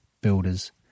builders